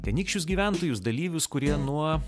tenykščius gyventojus dalyvius kurie nuo